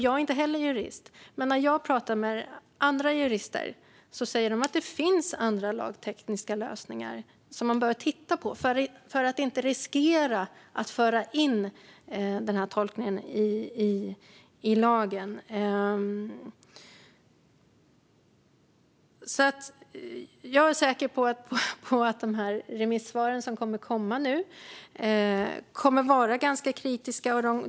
Jag är inte heller jurist, men när jag pratar med andra jurister säger de att det finns andra lagtekniska lösningar som man bör titta på för att inte riskerar att föra in den här tolkningen i lagen. Jag är säker på att remissvaren kommer att vara ganska kritiska.